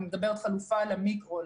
אני מדברת על חלופה למיקרו,